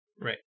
Right